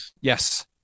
Yes